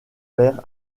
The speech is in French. père